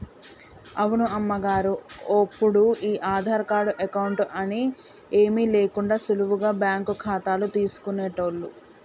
అవును అమ్మగారు ఒప్పుడు ఈ ఆధార్ కార్డు అకౌంట్ అని ఏమీ లేకుండా సులువుగా బ్యాంకు ఖాతాలు తీసుకునేటోళ్లు